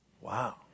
Wow